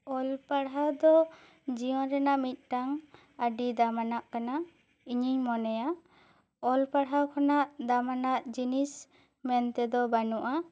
ᱚᱞ ᱯᱟᱲᱦᱟᱣ ᱫᱚ ᱡᱤᱭᱚᱱ ᱨᱮᱱᱟᱜ ᱢᱤᱫᱴᱟᱝ ᱟᱹᱰᱤ ᱫᱟᱢᱟᱱᱟᱜ ᱠᱟᱱᱟ ᱤᱧᱤᱧ ᱢᱚᱱᱮᱭᱟ ᱚᱞ ᱯᱟᱲᱦᱟᱣ ᱠᱷᱚᱱᱟᱜ ᱫᱟᱢᱟᱱᱟᱜ ᱡᱤᱱᱤᱥ ᱢᱮᱱ ᱛᱮᱫᱚ ᱵᱟᱹᱱᱩᱜᱼᱟ